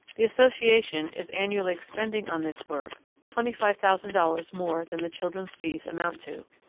the association is annually expending on this work twenty five thousand dollars more than the children's fees amount to.